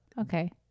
Okay